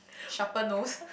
sharper nose